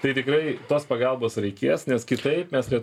tai tikrai tos pagalbos reikės nes kitaip mes liet